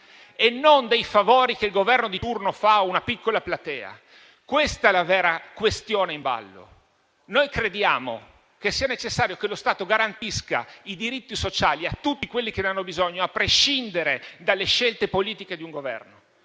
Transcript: e non dei favori che il Governo di turno fa a una piccola platea. Questa è la vera questione in ballo. Noi crediamo che sia necessario che lo Stato garantisca i diritti sociali a tutti quelli che ne hanno bisogno, a prescindere dalle scelte politiche di un Governo.